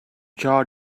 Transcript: jaw